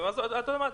אתה יודע מה?